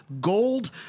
gold